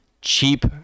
Cheap